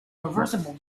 reversible